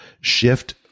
shift